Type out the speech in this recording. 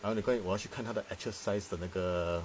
I only go and 我要去看他的 actual size 的那个